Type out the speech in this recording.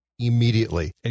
immediately